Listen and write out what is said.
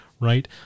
right